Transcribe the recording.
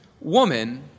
woman